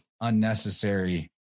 unnecessary